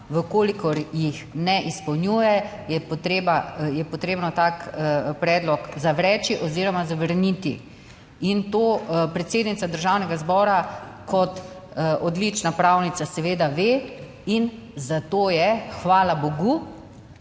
Če jih ne izpolnjuje, je potreba tak predlog zavreči oziroma zavrniti. In to predsednica Državnega zbora kot odlična pravnica seveda ve in zato je, hvala bogu,